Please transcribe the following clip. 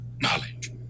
knowledge